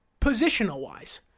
positional-wise